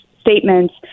statements